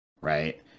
right